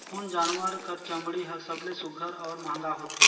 कोन जानवर कर चमड़ी हर सबले सुघ्घर और महंगा होथे?